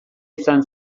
izan